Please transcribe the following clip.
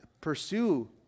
pursue